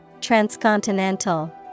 Transcontinental